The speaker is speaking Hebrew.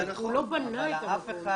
הוא לא בנה את המקום,